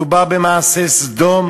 מדובר במעשי סדום